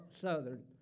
Southern